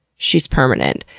she's permanent.